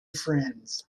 friends